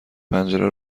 پنجره